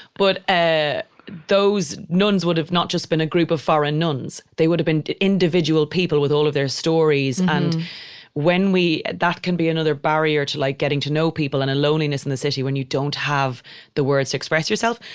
but ah those nuns would have not just been a group of foreign nuns. they would have been individual people with all of their stories and when we, that can be another barrier to like getting to know people in a loneliness in the city when you don't have the words to express yourself.